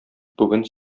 бүген